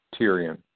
Tyrion